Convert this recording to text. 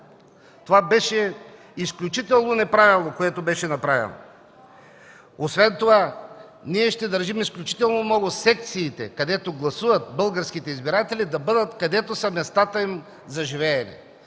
беше изключително неправилно. Освен това ние ще държим изключително много секциите, където гласуват българските избиратели, да бъдат където са местата им за живеене.